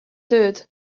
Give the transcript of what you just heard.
tööd